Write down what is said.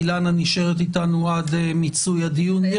אילנה נשארת איתנו עד מיצוי הדיון.